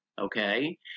Okay